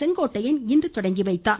செங்கோட்டையன் இன்று தொடங்கி வைத்தார்